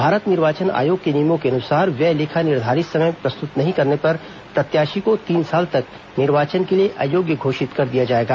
भारत निर्वाचन आयोग के नियमों के अनुसार व्यय लेखा निर्धारित समय में प्रस्तुत नहीं करने पर प्रत्याशी को तीन साल तक निर्वाचन के लिए अयोग्य घोषित कर दिया जाएगा